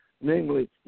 namely